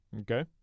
Okay